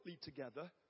together